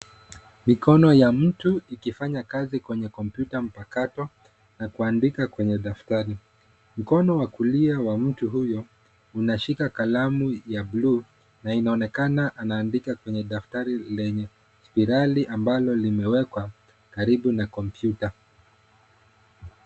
Mikono ya mtu ikifanya kazi kwenye kompyuta mpakato na kuandika kwenye daftarai. Mkono wa kulia wa mtu huyo unashika kalamu ya bluu na inaonekana anaandika kwenye lenye spirali ambalo limewekwa karibu na kompyuta.